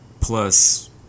plus